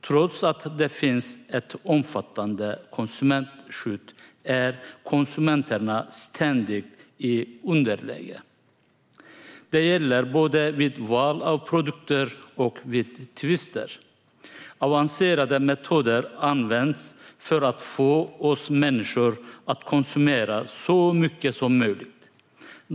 Trots att det finns ett omfattande konsumentskydd är konsumenterna ständigt i underläge. Detta gäller både vid val av produkter och vid tvister. Avancerade metoder används för att få oss människor att konsumera så mycket som möjligt.